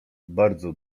bardzo